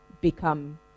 become